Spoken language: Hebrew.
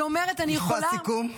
משפט סיכום.